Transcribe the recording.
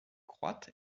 croître